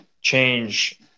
change